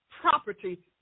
property